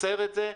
עוצר את זה,